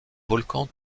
volcan